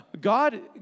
God